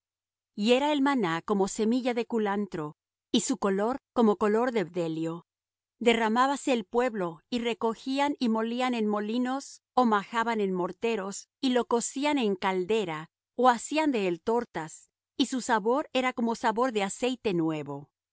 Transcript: y era el maná como semilla de culantro y su color como color de bdelio derrámabase el pueblo y recogían y molían en molinos ó majaban en morteros y lo cocían en caldera ó hacían de él tortas y su sabor era como sabor de aceite nuevo y